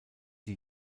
die